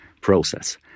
process